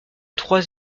trois